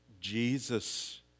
Jesus